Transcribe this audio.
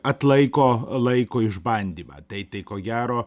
atlaiko laiko išbandymą tai tai ko gero